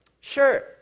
sure